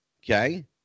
Okay